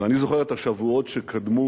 ואני זוכר את השבועות שקדמו